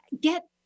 get